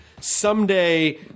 someday